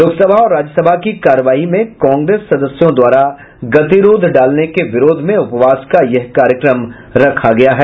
लोकसभा और राज्यसभा की कार्यवाही में कांग्रेस संसदों द्वारा गतिरोध डालने के विरोध में उपवास का यह कार्यक्रम रखा गया है